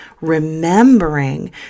remembering